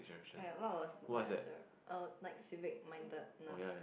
wait what was my answer oh like civic-mindedness